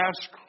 ask